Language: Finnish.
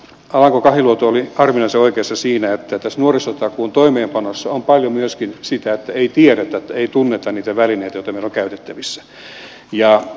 alanko kahiluoto oli harvinaisen oikeassa siinä että tässä nuorisotakuun toimeenpanossa on paljon myöskin sitä että ei tiedetä ja tunneta niitä välineitä joita meillä on käytettävissä